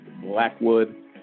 Blackwood